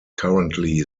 currently